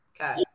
Okay